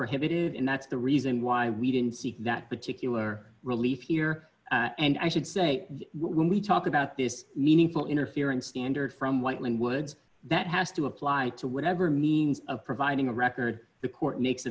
prohibitive and that's the reason why we didn't see that particular relief here and i should say when we talk about this meaningful interference standard from whiteman would that has to apply to whatever means of providing a record the